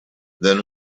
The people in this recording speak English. then